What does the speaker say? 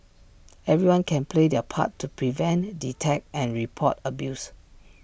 everyone can play their part to prevent detect and report abuse